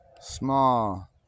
Small